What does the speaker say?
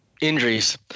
Injuries